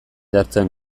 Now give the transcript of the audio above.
jartzen